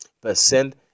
percent